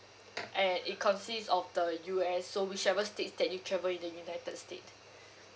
and it consists of the U_S so whichever states that you travel in the united state